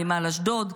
נמל אשדוד,